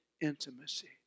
intimacy